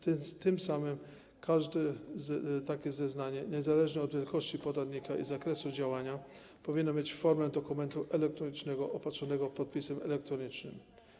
Tym samym każde takie zeznanie, niezależnie od wielkości podatnika i zakresu działania, powinno mieć formę dokumentu elektronicznego opatrzonego podpisem elektronicznym.